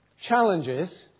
challenges